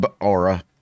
aura